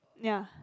ya